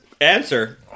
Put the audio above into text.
answer